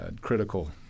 critical